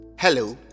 Hello